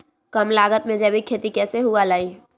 कम लागत में जैविक खेती कैसे हुआ लाई?